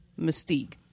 mystique